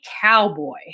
cowboy